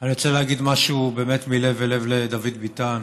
אני רוצה להגיד משהו באמת מלב אל לב לדוד ביטן: